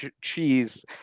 cheese